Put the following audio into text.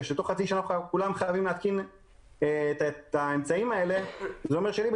שאומרת שבתוך חצי שנה כולם חייבים להתקין את האמצעים האלה זה אומר שלי,